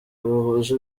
bahuje